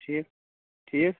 ٹھیٖک ٹھیٖک